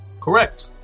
Correct